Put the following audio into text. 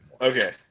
Okay